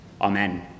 Amen